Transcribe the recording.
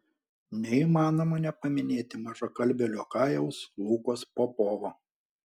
neįmanoma nepaminėti mažakalbio liokajaus lukos popovo